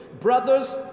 brothers